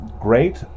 great